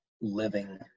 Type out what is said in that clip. living